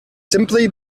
simply